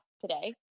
today